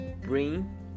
bring